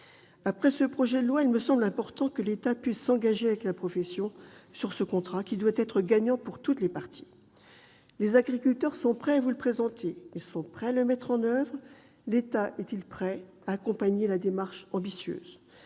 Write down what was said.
Après ce projet de loi, il me semble important que l'État puisse s'engager avec la profession sur ce contrat qui doit être gagnant pour toutes les parties. Les agriculteurs sont prêts à vous le présenter, ils sont prêts à le mettre en oeuvre ; l'État est-il prêt à accompagner cette démarche ambitieuse ?